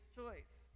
choice